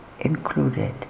included